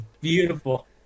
beautiful